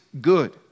good